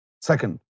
second